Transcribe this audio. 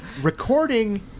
recording